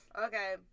Okay